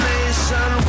Nation